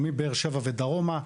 מבאר שבע ודרומה,